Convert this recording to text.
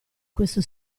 questo